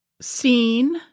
seen